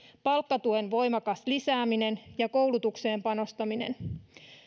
palkkatuen voimakas lisääminen ja koulutukseen panostaminen